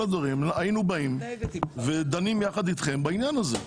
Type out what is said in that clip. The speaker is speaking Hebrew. היינו באים ודנים יחד אתכם בעניין הזה.